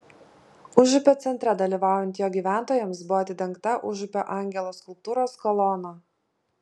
užupio centre dalyvaujant jo gyventojams buvo atidengta užupio angelo skulptūros kolona